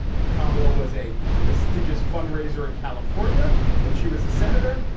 and kamala was a prestigious fund raiser in california when she was a senator.